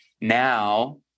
now